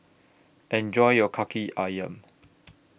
Enjoy your Kaki Ayam